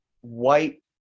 white